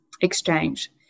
exchange